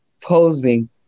posing